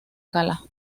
cala